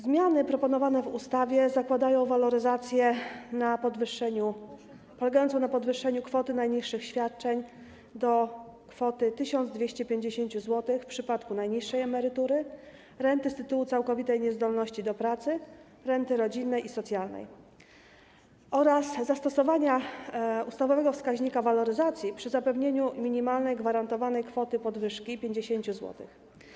Zmiany proponowane w ustawie zakładają waloryzację polegającą na podwyższeniu kwoty najniższych świadczeń do kwoty 1250 zł w przypadku najniższej emerytury, renty z tytuły całkowitej niezdolności do pracy, renty rodzinnej i socjalnej oraz na zastosowaniu ustawowego wskaźnika waloryzacji przy zapewnieniu minimalnej gwarantowanej kwoty podwyżki 50 zł.